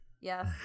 Yes